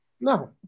No